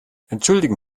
entschuldigen